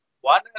one